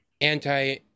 anti